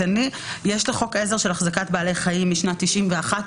יש את חוק העזר של החזקת בעלי חיים משנת 91',